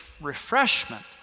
refreshment